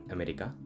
America